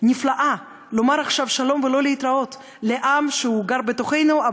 נפלאה לומר עכשיו שלום ולא להתראות לעם שגר בתוכנו,